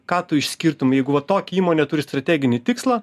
ką tu išskirtum jeigu va tokia įmonė turi strateginį tikslą